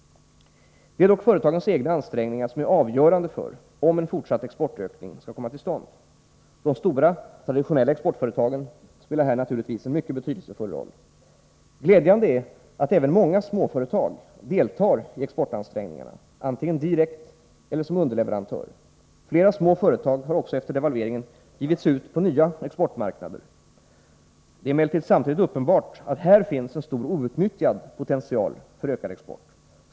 Det är dock företagens egna ansträngningar som är avgörande för om en fortsatt exportökning skall komma till stånd. De stora traditionella exportföretagen spelar här naturligtvis en mycket betydelsefull roll. Glädjande är att även många småföretag deltar i exportansträngningarna, antingen direkt eller som underleverantörer. Flera småföretag har också efter devalveringen givit sig ut på nya exportmarknader. Det är emellertid samtidigt uppenbart att här finns en stor outnyttjad potential för ökad export.